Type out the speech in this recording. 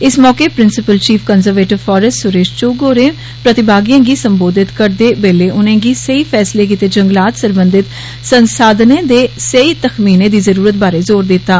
इस मौके principal chief conservator forests Suresh Chug होरें प्रतिभागिएं गी संबोधित करदे बेल्लै उनेंगी सेही फैसले गितै जंगलात सरबंधित संसाधनें दे सेही तखमीनें दी जरूरत बारै जोर दित्ता